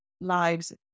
lives